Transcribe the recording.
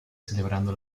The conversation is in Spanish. celebrando